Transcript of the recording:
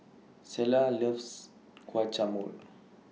Selah loves Guacamole